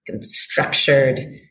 structured